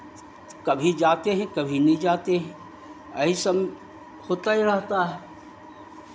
कभी जाते हैं कभी नहीं जाते हैं आ ये सब में होता ही रहता है